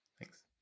Thanks